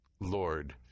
Lord